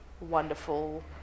wonderful